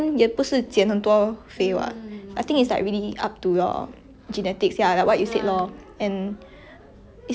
it's like exercise also lah cause I agree that nowadays like 因为很忙 then 没有时间去运动 ah but then 你看